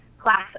class